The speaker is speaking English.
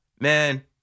man